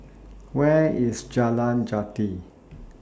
Where IS Jalan Jati